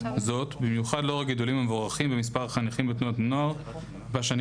זאת במיוחד לאור הגידולים המבורכים במספר החניכים בתנועות הנוער בשנים